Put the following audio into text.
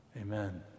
Amen